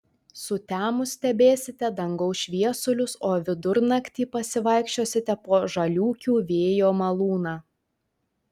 sutemus stebėsite dangaus šviesulius o vidurnaktį pasivaikščiosite po žaliūkių vėjo malūną